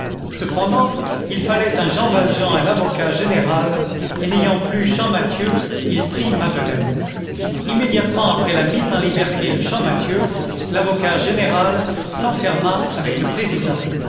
cependant il fallait un jean valjean à l'avocat général et n'ayant plus champmathieu il prit madeleine immédiatement après la mise en liberté de champmathieu l'avocat général s'enferma avec le président